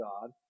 God